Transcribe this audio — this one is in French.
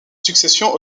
succession